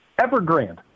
Evergrande